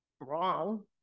wrong